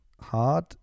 hard